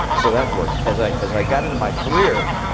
so that worked. as i as i got into my career,